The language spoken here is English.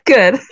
Good